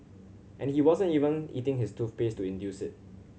and he wasn't even eating his toothpaste to induce it